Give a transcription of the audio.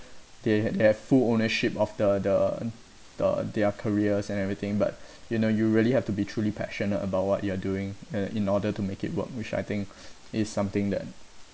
they had they had full ownership of the the the their careers and everything but you know you really have to be truly passionate about what you are doing and in order to make it work which I think is something that